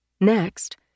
Next